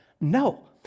No